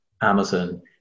Amazon